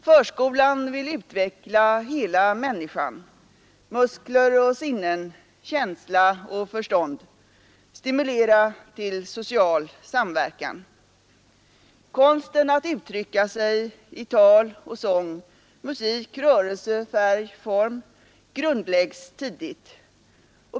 Förskolan vill utveckla hela människan, muskler och sinnen, känsla och förstånd, och stimulera till social samverkan. Konsten att uttrycka sig i tal, sång, musik, rörelse, färg och form grundläggs tidigt.